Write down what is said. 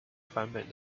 版本